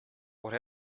what